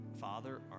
father